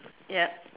ya